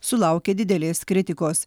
sulaukė didelės kritikos